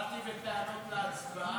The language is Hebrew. באתי בטענות להצבעה.